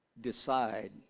decide